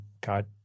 God